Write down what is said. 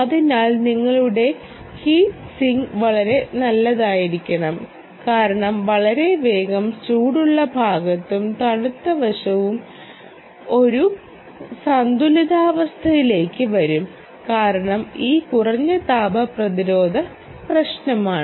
അതിനാൽ നിങ്ങളുടെ heat sinking വളരെ നല്ലതായിരിക്കണം കാരണം വളരെ വേഗം ചൂടുള്ള ഭാഗവും തണുത്ത വശവും ഒരു സന്തുലിതാവസ്ഥയിലേക്ക് വരും കാരണം ഈ കുറഞ്ഞ താപ പ്രതിരോധ പ്രശ്നമാണ്